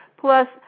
plus